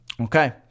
okay